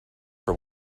for